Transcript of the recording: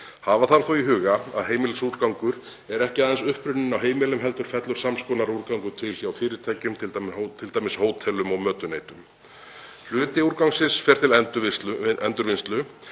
Hafa þarf þó í huga að heimilisúrgangur er ekki aðeins upprunninn á heimilum heldur fellur sams konar úrgangur til hjá fyrirtækjum, t.d. hótelum og mötuneytum. Hluti úrgangsins fer til endurvinnslu